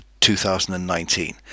2019